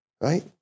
right